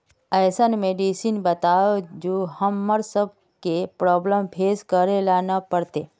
ऐसन मेडिसिन बताओ जो हम्मर सबके प्रॉब्लम फेस करे ला ना पड़ते?